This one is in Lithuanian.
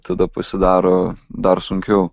tada pasidaro dar sunkiau